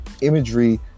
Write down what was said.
imagery